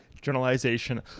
generalization